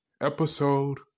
episode